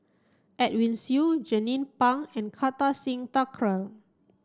Edwin Siew Jernnine Pang and Kartar Singh Thakral